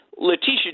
Letitia